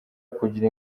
kugira